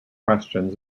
questions